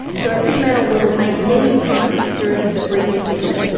so a female will mate many times during the breeding season.